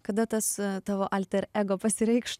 kada tas tavo alter ego pasireikš